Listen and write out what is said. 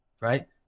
right